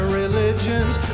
religions